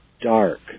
dark